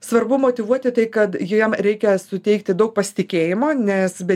svarbu motyvuoti tai kad jiem reikia suteikti daug pasitikėjimo nes be